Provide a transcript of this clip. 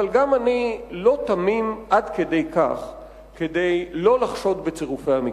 אבל גם אני לא תמים עד כדי לא לחשוד בצירופי המקרים.